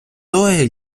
той